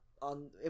on